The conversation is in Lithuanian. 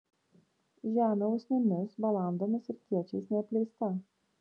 žemė usnimis balandomis ir kiečiais neapleista